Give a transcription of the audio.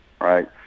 right